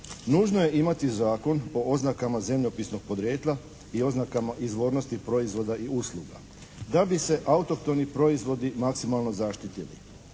nužno je imati Zakon o oznakama zemljopisnog podrijetla i oznakama izvornosti proizvoda i usluga, da bi se autohtoni proizvodi maksimalno zaštitili.